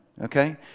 okay